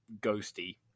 ghosty